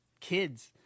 kids